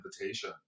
invitation